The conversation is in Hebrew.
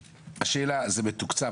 השאלה, זה מתוקצב?